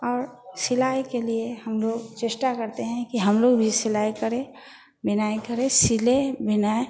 और सिलाई के लिए हम लोग चेष्टा करते हैं कि हम लोग भी सिलाई करें बिनाई करें सिलें बिनाएं